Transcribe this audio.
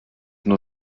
nur